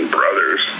Brothers